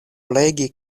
legi